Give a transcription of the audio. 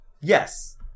Yes